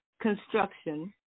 construction